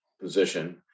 position